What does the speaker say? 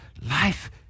life